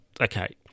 Okay